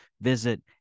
visit